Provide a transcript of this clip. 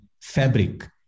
fabric